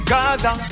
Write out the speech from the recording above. Gaza